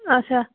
اچھا